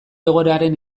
egoeraren